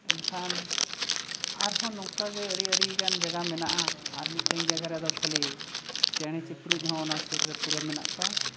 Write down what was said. ᱮᱱᱠᱷᱟᱱ ᱟᱨᱦᱚᱸ ᱱᱚᱝᱠᱟᱜᱮ ᱟᱹᱰᱤ ᱟᱹᱰᱤᱜᱟᱱ ᱡᱟᱭᱜᱟ ᱢᱮᱱᱟᱜᱼᱟ ᱟᱨ ᱢᱤᱫᱴᱮᱱ ᱡᱟᱭᱜᱟ ᱨᱮᱫᱚ ᱠᱷᱟᱹᱞᱤ ᱪᱮᱬᱮ ᱪᱤᱯᱨᱩᱫ ᱦᱚᱸ ᱚᱱᱟ ᱥᱩᱨ ᱨᱮ ᱯᱩᱨᱟᱹ ᱢᱮᱱᱟᱜ ᱠᱚᱣᱟ